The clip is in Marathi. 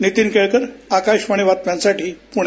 नीतीन केळकर आकाशवाणी बातम्यांसाठी पुणे